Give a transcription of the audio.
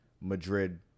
madrid